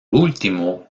último